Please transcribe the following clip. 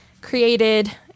created